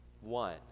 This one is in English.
One